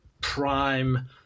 prime